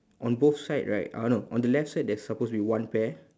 on both side right uh no on the left side there is supposed to be one pair